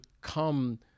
come